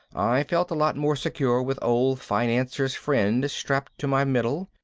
i felt a lot more secure with old financier's friend strapped to my middle.